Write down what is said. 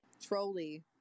Trolley